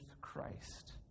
Christ